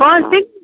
कोन सिङ्गघी